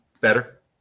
Better